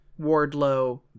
Wardlow